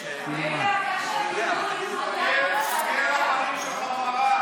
איך שהם דיברו לדודי היה ממש מזעזע,